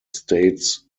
states